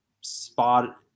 spot